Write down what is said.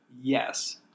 yes